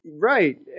Right